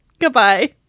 Goodbye